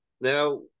now